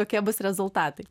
kokie bus rezultatai